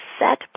set